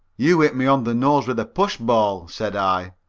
you hit me on the nose with a push-ball, said i.